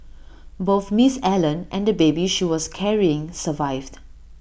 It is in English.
both miss Allen and the baby she was carrying survived